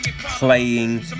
Playing